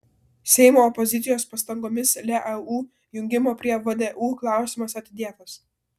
seimo opozicijos pastangomis leu jungimo prie vdu klausimas atidėtas